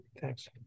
Thanks